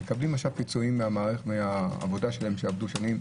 הם מקבלים פיצויים מהעבודה שלהם, בה הם עבדו שנים.